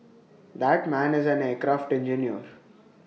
that man is an aircraft engineer